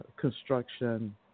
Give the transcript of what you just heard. construction